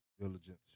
diligence